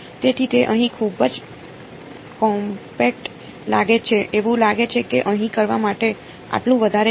તેથી તે અહીં ખૂબ જ કોમ્પેક્ટ લાગે છે એવું લાગે છે કે અહીં કરવા માટે આટલું વધારે નથી